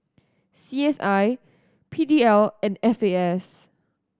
C S I P D L and F A S